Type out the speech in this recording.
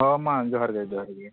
ᱦᱳᱭ ᱢᱟ ᱡᱚᱦᱟᱨ ᱜᱮ ᱡᱚᱦᱟᱨ ᱜᱮ